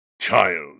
Child